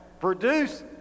Produce